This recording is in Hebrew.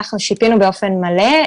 באופן מלא.